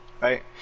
right